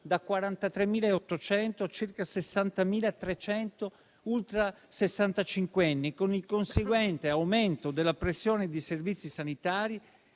da 43.800 a circa 60.300 ultrasessantacinquenni, con il conseguente aumento della pressione dei servizi sanitari